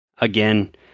Again